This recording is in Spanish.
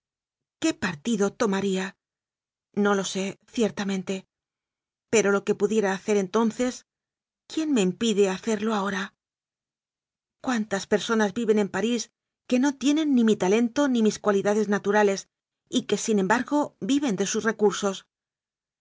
qué partido tomaría no lo sé ciertamente pero lo que pudiera hacer enton ces quién me impide hacerlo ahora cuántas personas viven en parís que no tienen ni mi ta lento ni mis cualidades naturales y que sin em bargo viven de sus recursos